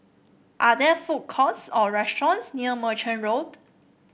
are there food courts or restaurants near Merchant Road